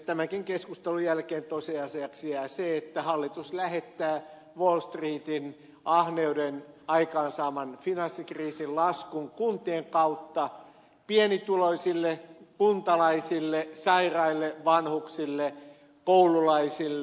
tämänkin keskustelun jälkeen tosiasiaksi jää se että hallitus lähettää wall streetin ahneuden aikaansaaman finanssikriisin laskun kuntien kautta pienituloisille kuntalaisille sairaille vanhuksille koululaisille